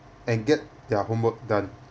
and get their homework done